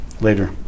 later